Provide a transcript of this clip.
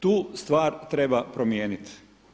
Tu stvar treba promijeniti.